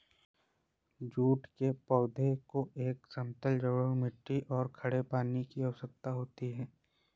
jute के पौधे को एक समतल जलोढ़ मिट्टी और खड़े पानी की आवश्यकता होती है